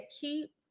keep